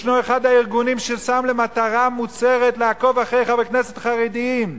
אחד הארגונים שם למטרה מוצהרת לעקוב אחרי חברי כנסת חרדים.